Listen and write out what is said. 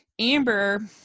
Amber